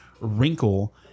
wrinkle